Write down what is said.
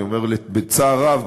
אני אומר בצער רב,